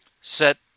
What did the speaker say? Set